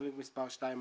תוכנית מספר 241690